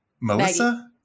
Melissa